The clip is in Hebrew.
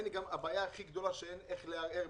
הבעיה הכי גדולה היא שאין איך לערער.